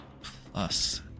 Plus